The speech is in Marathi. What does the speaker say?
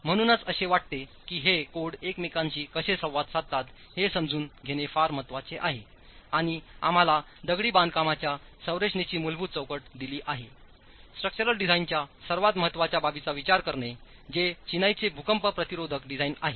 म्हणूनच मला असे वाटते की हे कोड एकमेकांशी कसे संवाद साधतात हे समजून घेणे फार महत्वाचे आहे आणि आम्हालादगडी बांधकामांच्या रचनेची मूलभूत चौकट दिली आहेस्ट्रक्चरल डिझाइनच्या सर्वात महत्वाच्या बाबीचा विचार करणे जे चिनाईचे भूकंप प्रतिरोधक डिझाइन आहे